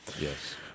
yes